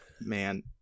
Man